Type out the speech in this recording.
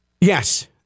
yes